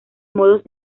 modos